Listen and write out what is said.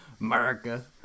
America